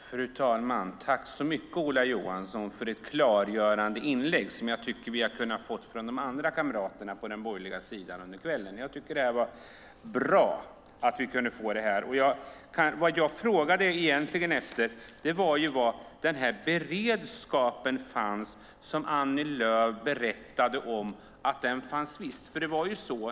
Fru talman! Tack så mycket, Ola Johansson, för ett klargörande inlägg som jag tycker att vi hade kunnat få från de andra kamraterna på den borgerliga sidan under kvällen! Jag tycker att det var bra att vi kunde få det. Jag frågade egentligen var den beredskap fanns som Annie Lööf berättade om.